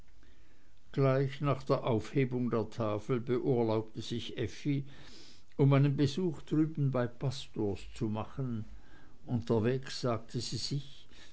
gleich nach aufhebung der tafel beurlaubte sich effi um einen besuch drüben bei pastors zu machen unterwegs sagte sie sich